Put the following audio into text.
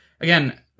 again